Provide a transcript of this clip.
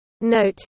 Note